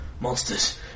monsters